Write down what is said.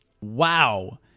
Wow